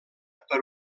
per